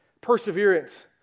Perseverance